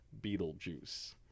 Beetlejuice